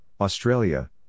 Australia